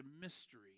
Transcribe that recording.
mystery